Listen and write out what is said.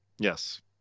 yes